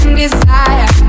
desire